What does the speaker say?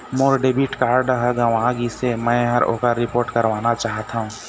मोर debit card ह गंवा गिसे, मै ह ओकर रिपोर्ट करवाना चाहथों